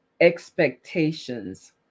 expectations